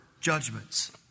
judgments